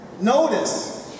notice